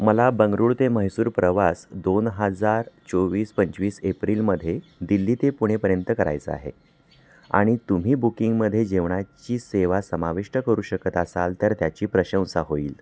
मला बंगळुरू ते म्हैसूर प्रवास दोन हजार चोवीस पंचवीस एप्रिलमध्ये दिल्ली ते पुणेपर्यंत करायचा आहे आणि तुम्ही बुकिंगमध्ये जेवणाची सेवा समाविष्ट करू शकत असाल तर त्याची प्रशंसा होईल